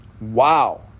Wow